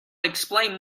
explain